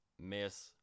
miss